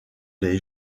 les